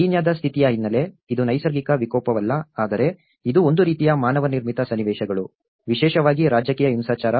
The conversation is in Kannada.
ಕೀನ್ಯಾದ ಸ್ಥಿತಿಯ ಹಿನ್ನೆಲೆ ಇದು ನೈಸರ್ಗಿಕ ವಿಕೋಪವಲ್ಲ ಆದರೆ ಇದು ಒಂದು ರೀತಿಯ ಮಾನವ ನಿರ್ಮಿತ ಸನ್ನಿವೇಶಗಳು ವಿಶೇಷವಾಗಿ ರಾಜಕೀಯ ಹಿಂಸಾಚಾರ